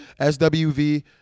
SWV